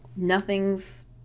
nothing's